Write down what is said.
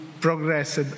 progressed